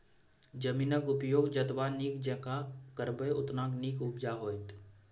जमीनक उपयोग जतबा नीक जेंका करबै ओतने नीक उपजा होएत